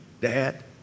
Dad